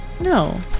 No